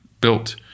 built